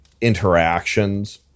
interactions